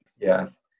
Yes